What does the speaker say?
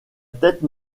tête